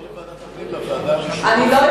ובכן, חברי חברי הכנסת, בעד הצביעו 15, לא היו